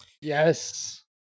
Yes